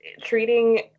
treating